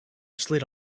slid